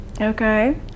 Okay